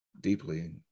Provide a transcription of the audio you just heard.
deeply